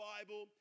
Bible